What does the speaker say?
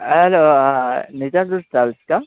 alloy travels का